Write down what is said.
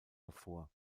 hervor